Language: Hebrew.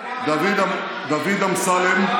דוד אמסלם,